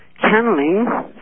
Channeling